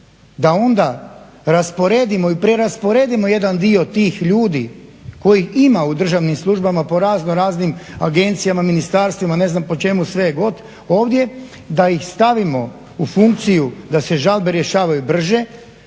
da onda rasporedimo i prerasporedimo jedan dio tih ljudi kojih ima u državnim službama po raznoraznim agencijama, ministarstvima ne znam po čemu sve god ovdje, da ih stavimo u funkciju da se žalbe rješavaju brže,